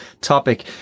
topic